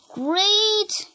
great